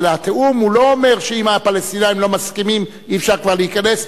אבל התיאום לא אומר שאם הפלסטינים לא מסכימים אי-אפשר כבר להיכנס,